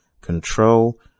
control